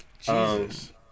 Jesus